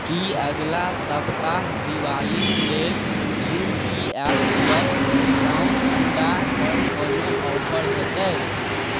की अगिला सप्ताह दिवाली लेल यू पी एफ स्वस्थ ब्राउन अण्डा पर कोनो ऑफर होयतै